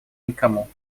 никому